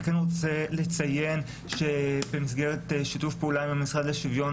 אני כן רוצה לציין שבמסגרת שיתוף פעולה עם המשרד לשוויון